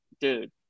dude